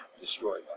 destroyed